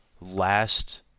last